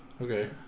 Okay